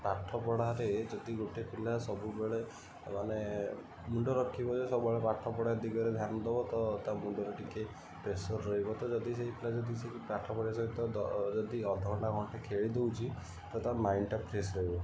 ପାଠ ପଢ଼ାରେ ଯଦି ଗୋଟେ ପିଲା ସବୁବେଳେ ମାନେ ମୁଣ୍ଡ ରଖିବ ଯେ ସବୁବେଳେ ପାଠ ପଢ଼ା ଦିଗରେ ଧ୍ୟାନ ଦବ ତ ତା ମୁଣ୍ଡରେ ଟିକେ ପ୍ରେସର ରହିବ ଯଦି ସେଇ ପିଲା ଯଦି ସେ ପାଠ ପଢ଼ିବା ସହିତ ଯଦି ଅଧ ଘଣ୍ଟା ଘଣ୍ଟେ ଖେଳି ଦଉଛି ତ ତାର ମାଇଣ୍ଡଟା ଫ୍ରେସ୍ ରହିବ